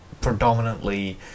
predominantly